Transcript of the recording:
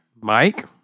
Mike